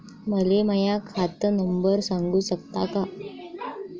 मले माह्या खात नंबर सांगु सकता का?